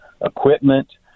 equipment